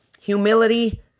Humility